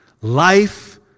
Life